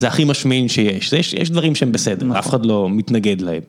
זה הכי משמין שיש, יש דברים שהם בסדר, אף אחד לא מתנגד להם.